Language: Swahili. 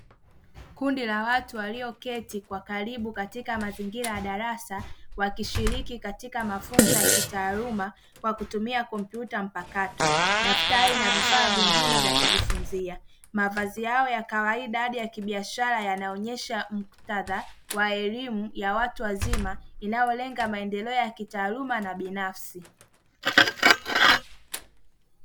Kundi la watu walioketi kwa karibu katika mazingira ya darasa wakishiriki katika mafunzo ya kitaaluma kwa kutumia kompyuta mpakato, daftari na vifaa vingine vya kujifunzia. Mavazi yao ya kawaida hadi ya kibiashara yanaonyesha muktadha wa elimu ya watu wazima inayolenga maendeleo ya kitaaluma na binafsi.